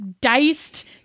diced